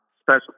Special